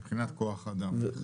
מבחינת כוח האדם, בהחלט.